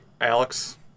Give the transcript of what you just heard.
Alex